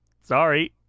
Sorry